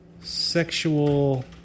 sexual